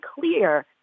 clear